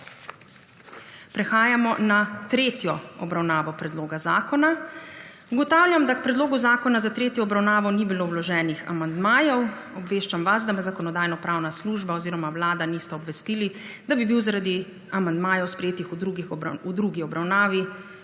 Prehajamo na tretjo obravnavo predloga zakona. Ugotavljam, da k predlogu zakona za tretjo obravnavo ni bilo vloženih amandmajev. Obveščam vas, da me Zakonodajno-pravna služba oziroma Vlada nista obvestili, da bi bil zaradi amandmajev sprejetih v drugi obravnavi